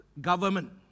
government